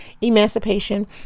Emancipation